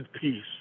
peace